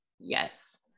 Yes